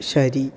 ശരി